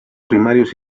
primarios